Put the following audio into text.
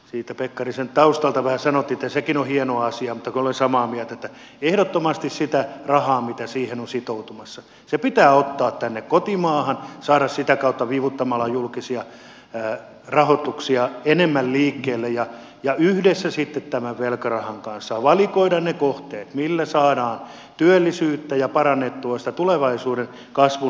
siitä pekkarisen taustalta vähän sanottiin että sekin on hieno asia mutta olen samaa mieltä että ehdottomasti se raha mitä siihen on sitoutumassa pitää ottaa tänne kotimaahan saada sitä kautta vivuttamalla julkisia rahoituksia enemmän liikkeelle ja yhdessä sitten tämän velkarahan kanssa valikoida ne kohteet millä saadaan työllisyyttä ja parannettua sitä tulevaisuuden kasvua tähän maahan